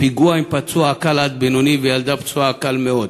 פיגוע עם פצוע קל עד בינוני וילדה פצועה קל מאוד.